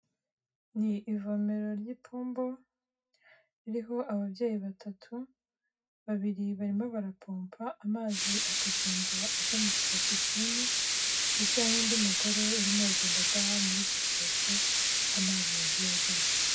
N'ivomero ry'ipombo ririho ababyeyi batatu, babiri barimo barapompa amazi akagenda ajya mu kibase kinini ndetse n'undi mugore urimo aragenda ataha muri icyo kibase amazi yagiye ajyamo.